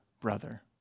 brother